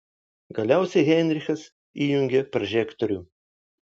galiausiai heinrichas įjungė prožektorių